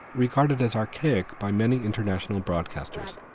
regarded as archaic by many international broadcasters.